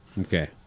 Okay